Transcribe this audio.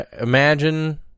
Imagine